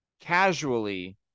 casually